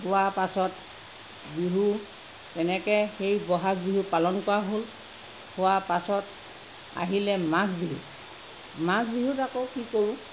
গোৱা পাছত বিহু তেনেকৈ সেই বহাগ বিহু পালন কৰা হ'ল হোৱা পাছত আহিলে মাঘ বিহু মাঘ বিহুত আকৌ কি কৰোঁ